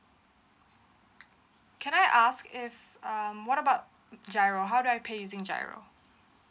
can I ask if um what about giro how do I pay using giro